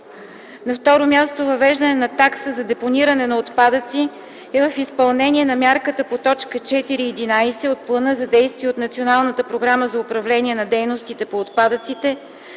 На второ място, въвеждането на такса за дефиниране на отпадъци е в изпълнение на мярката по т. 4.11 от Плана за действие от Националната програма за управление на дейностите по отпадъците